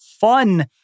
fun